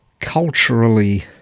culturally